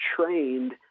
trained